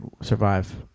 survive